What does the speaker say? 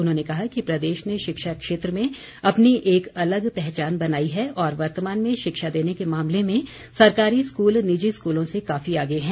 उन्होंने कहा कि प्रदेश ने शिक्षा क्षेत्र में अपनी एक अलग पहचान बनाई है और वर्तमान में शिक्षा देने के मामले में सरकारी स्कूल निजी स्कूलों से काफी आगे हैं